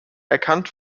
erkannt